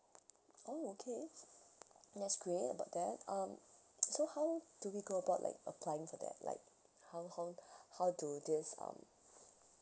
oh okay that's great about that um so how do we go about like applying for that like how how how to this um